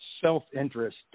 self-interest